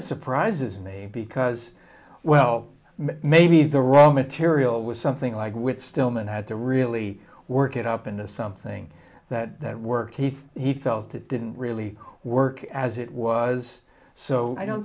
of surprises me because well maybe the raw material was something like with stillman had to really work it up into something that that work if he felt it didn't really work as it was so i don't